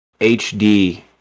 HD